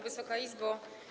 Wysoka Izbo!